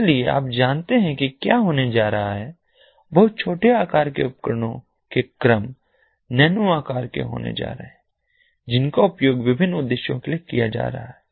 इसलिए आप जानते हैं कि क्या होने जा रहा है बहुत छोटे आकार के उपकरणों के क्रम नैनो आकार होने जा रहे हैं जिनका उपयोग विभिन्न उद्देश्यों के लिए किया जा रहा है